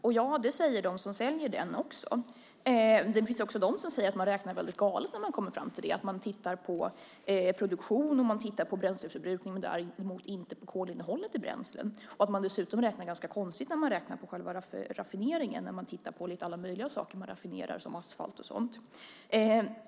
Det säger också de som säljer europadieseln. Det finns också de som säger att man räknar galet när man kommer fram till det: Man tittar på produktion och bränsleförbrukning, däremot inte på kolinnehållet i bränslena. Dessutom räknar man ganska konstigt på själva raffineringen. Man tittar på alla möjliga saker man raffinerar, som asfalt och sådant.